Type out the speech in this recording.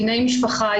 דיני משפחה,